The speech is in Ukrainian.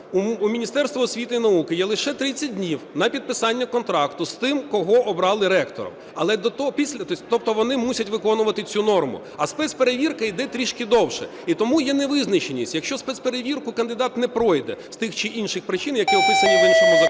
у Міністерства освіти і науки є лише 30 днів на підписання контракту з тим кого обрали ректором, але… Тобто вони мусять виконувати цю норму, а спецперевірка іде трішки довше. І тому є невизначеність, якщо спецперевірку кандидат не пройде з тих чи інших причин, які описані в іншому законі